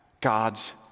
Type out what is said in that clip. God's